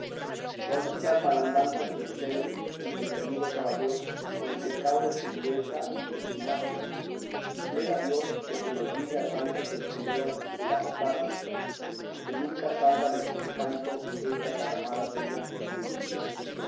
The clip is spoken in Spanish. todas estas malandanzas te suceden empedernido caballero por el pecado de tu dureza y pertinacia y plega a dios que se le olvide a sancho tu escudero el azotarse porque nunca salga de su encanto esta tan amada tuya dulcinea